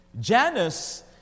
Janus